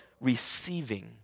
receiving